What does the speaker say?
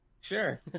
sure